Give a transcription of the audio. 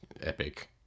epic